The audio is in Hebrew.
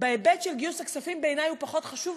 בהיבט של גיוס הכספים בעיני הוא פחות חשוב,